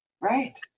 Right